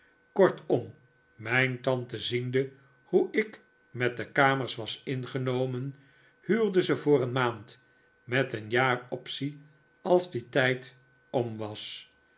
kortom mijn tante ziende hoe ik met de kamers was ingenomen huurde ze voor een maand met een jaar optie als die tijd om was